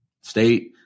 state